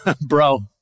Bro